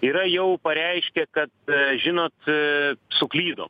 yra jau pareiškę kad žinot suklydom